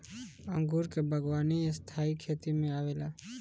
अंगूर के बागवानी स्थाई खेती में आवेला